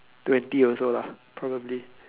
twenty also lah probably